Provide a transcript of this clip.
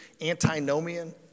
antinomian